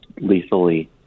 lethally